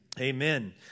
amen